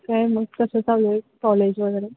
काय मग कसं चाललं आहे कॉलेज वगैरे